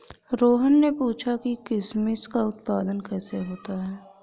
रोहन ने पूछा कि किशमिश का उत्पादन कैसे होता है?